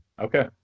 Okay